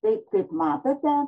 tai kaip matote